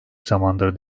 zamandır